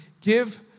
give